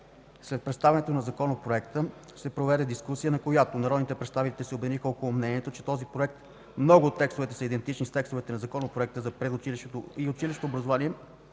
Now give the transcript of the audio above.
След представянето на Законопроекта се проведе дискусия, на която народните представители се обединиха около мнението, че в този Проект много от текстовете са идентични с текстовете в Законопроекта за предучилищното и училищното образование,